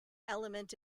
element